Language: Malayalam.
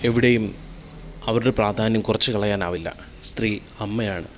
എവിടെയും അവരുടെ പ്രാധാന്യം കുറച്ച് കളയാനാവില്ല സ്ത്രീ അമ്മയാണ്